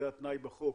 זה התנאי בחוק